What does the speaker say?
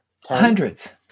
Hundreds